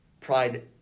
Pride